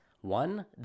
One